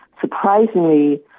surprisingly